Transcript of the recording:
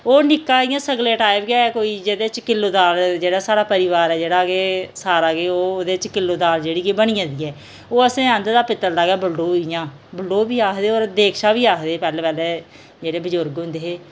ओह् निक्का इ'यां सगले टाइप गै कोई जेह्दे च किल्लो दाल जेह्ड़ा साढ़ा परोआर ऐ जेह्ड़ा कि सारा गै ओह् उ'दे च किल्लो दाल जेह्ड़ी कि बनी जन्दी ऐ ओह् असें आंह्दे दा पित्तल दा गै बलटोऊ जि'यां बलटोऊ बी आखदे और देचका बी आखदे पैह्लें पैह्लें जेह्ड़े बुजुर्ग होंदे हे